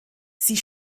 sie